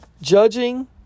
Judging